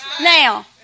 Now